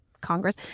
Congress